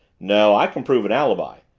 no, i can prove an alibi.